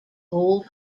old